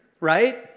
right